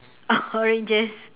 oranges